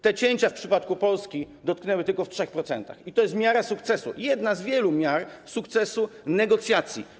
Te cięcia w przypadku Polski wyniosły tylko 3% i to jest miarą sukcesu, jedną z wielu miar sukcesu negocjacji.